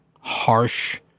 harsh